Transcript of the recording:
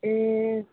ए